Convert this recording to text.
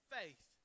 faith